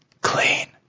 clean